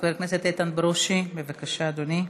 חבר הכנסת איתן ברושי, בבקשה, אדוני.